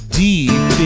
deep